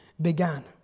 began